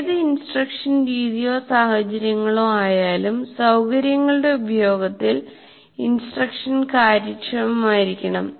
ഏത് ഇൻസ്ട്രക്ഷൻ രീതിയോ സഹചര്യങ്ങളോ ആയാലും സൌകര്യങ്ങളുടെ ഉപയോഗത്തിൽ ഇൻസ്ട്രക്ഷൻ കാര്യക്ഷമമായിരിക്കണം